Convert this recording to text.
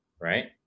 right